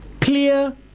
clear